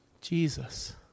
Jesus